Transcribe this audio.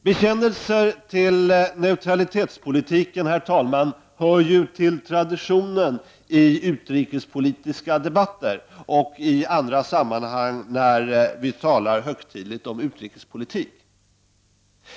Bekännelser till neutralitetspolitiken, herr talman, hör ju till traditionen i utrikespolitiska debatter och i andra sammanhang när vi talar högtidligt om utrikespolitik.